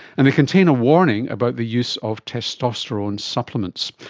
and they contain a warning about the use of testosterone supplements.